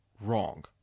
wrong